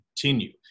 continue